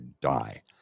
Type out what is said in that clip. die